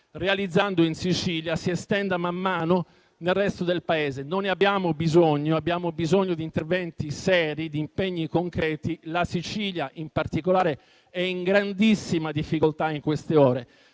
realizzando in Sicilia si estenda man mano al resto del Paese. Non ne abbiamo bisogno; abbiamo invece bisogno di interventi seri, di impegni concreti. La Sicilia in particolare è in grandissima difficoltà in queste ore.